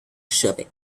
设备